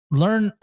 learn